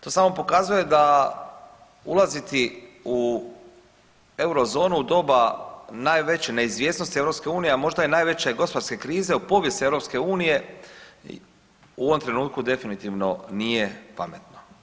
To samo pokazuje da ulaziti u Eurozonu u doba najveće neizvjesnosti EU, a možda i najveće gospodarske krize u povijesti EU u ovom trenutku definitivno nije pametno.